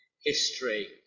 history